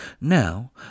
Now